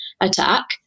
attack